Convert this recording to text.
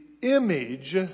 image